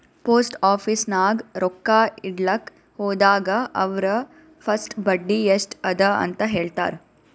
post office ನಾಗ್ ರೊಕ್ಕಾ ಇಡ್ಲಕ್ ಹೋದಾಗ ಅವ್ರ ಫಸ್ಟ್ ಬಡ್ಡಿ ಎಸ್ಟ್ ಅದ ಅಂತ ಹೇಳ್ತಾರ್